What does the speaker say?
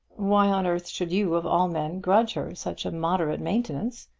why on earth should you of all men grudge her such moderate maintenance,